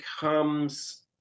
becomes